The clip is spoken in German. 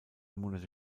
monate